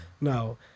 No